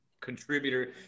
contributor